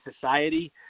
society